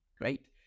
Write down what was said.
Great